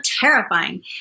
terrifying